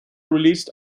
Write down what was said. released